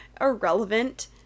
irrelevant